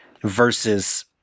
versus